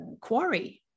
quarry